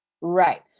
Right